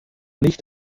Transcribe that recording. nicht